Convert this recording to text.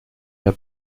der